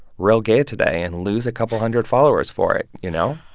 real gay today and lose a couple hundred followers for it, you know?